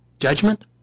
Judgment